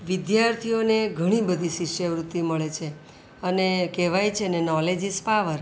વિદ્યાર્થીઓને ઘણી બધી શિષ્યવૃત્તિ મળે છે અને કહેવાય છે ને નોલેજ ઈઝ પાવર